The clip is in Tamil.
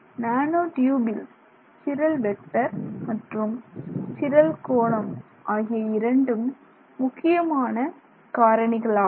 நானோ ட்யூபில் சிரல் வெக்டர் மற்றும் சிரல் கோணம் ஆகிய இரண்டும் முக்கியமான காரணிகளாகும்